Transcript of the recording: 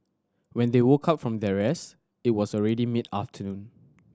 when they woke up from their rest it was already mid afternoon